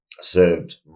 served